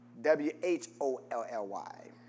W-H-O-L-L-Y